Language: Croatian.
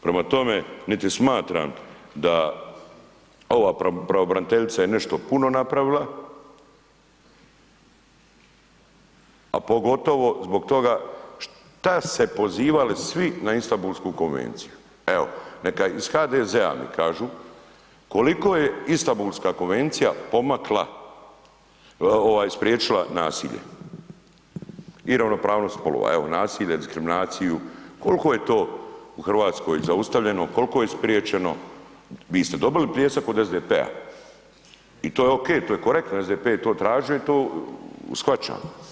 Prema tome, niti smatram da ova pravobraniteljica je nešto puno napravila, a pogotovo zbog toga šta se pozivali svi na Istambulsku konvenciju, evo neka iz HDZ-a mi kažu koliko je Istambulska konvencija pomakla, ovaj spriječila nasilje i ravnopravnost spolova, evo nasilje, diskriminaciju, kolko je to u RH zaustavljeno, kolko je spriječeno, vi ste dobili pljesak od SDP-a i to je ok, to je korektno, SDP je to tražio i to shvaćam.